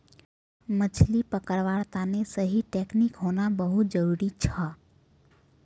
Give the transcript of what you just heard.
मछली पकड़वार तने सही टेक्नीक होना बहुत जरूरी छ